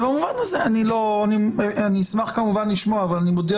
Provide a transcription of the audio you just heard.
במובן הזה אני אשמח כמובן לשמוע אבל אני מודיע